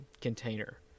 container